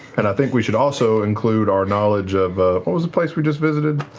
and i think we should also include our knowledge of what was the place we just visited?